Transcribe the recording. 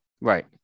Right